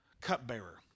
cupbearer